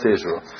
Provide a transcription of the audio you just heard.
Israel